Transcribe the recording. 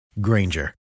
Granger